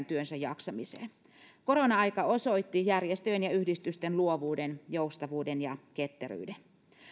työssään jaksamiseen korona aika osoitti järjestöjen ja yhdistysten luovuuden joustavuuden ja ketteryyden